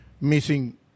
missing